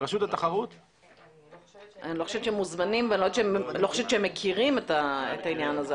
אני לא חושבת שהם מכירים את העניין הזה.